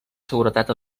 seguretat